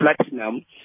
platinum